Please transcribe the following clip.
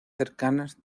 cercanas